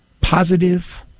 positive